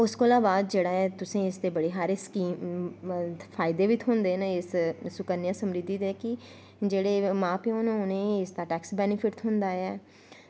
उसदै कोला बाद जेह्ड़ा ऐ तुसें उसदे बड़ा हारे फायदे बी थ्होंदा न इस सुकन्य समृधि दे कि जेह्ड़े मां प्यो न उनेंगी इसदा टैक्स बैनिफिटस थ्होंदा ऐ